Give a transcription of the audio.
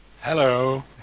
Hello